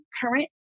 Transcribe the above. current